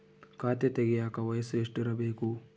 ಖಾತೆ ತೆಗೆಯಕ ವಯಸ್ಸು ಎಷ್ಟಿರಬೇಕು?